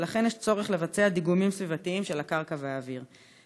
ולכן יש צורך לבצע דיגומים סביבתיים של הקרקע והאוויר.